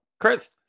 Chris